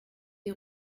des